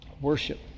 Worship